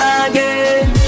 again